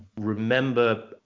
remember